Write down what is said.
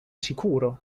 sicuro